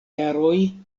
jaroj